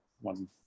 one